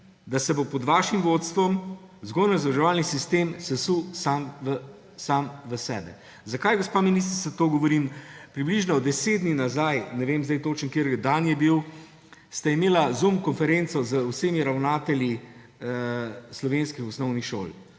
da se bo pod vašim vodstvom vzgojno-izobraževalni sistem sesul sam v sebe. Zakaj, gospa ministrica, to govorim? Približno deset dni nazaj, ne vem zdaj točno, kateri dan je bil, ste imeli Zoom konferenco z vsemi ravnatelji slovenskih osnovnih šol.